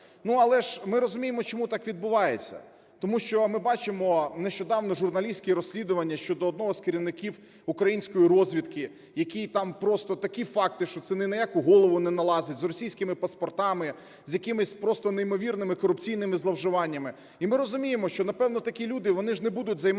але ж ми розуміємо, чому так відбувається. Тому що ми бачимо нещодавно журналістське розслідування щодо одного з керівників української розвідки, який там просто такі факти, що це ні на яку голову не налазить, з російськими паспортами, з якимись просто неймовірними корупційними зловживаннями. І ми розуміємо, що, напевно, такі люди вони ж не будуть займатися